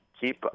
Keep